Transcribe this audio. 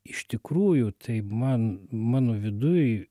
iš tikrųjų tai man mano viduj